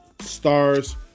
stars